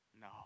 No